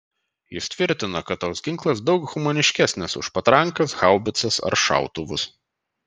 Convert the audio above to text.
jis tvirtino kad toks ginklas daug humaniškesnis už patrankas haubicas ar šautuvus